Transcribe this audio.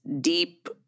deep